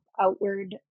outward